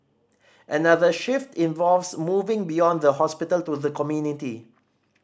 another shift involves moving beyond the hospital to the community